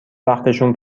وقتشون